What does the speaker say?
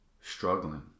struggling